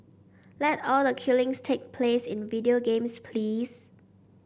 let all the killings take place in video games please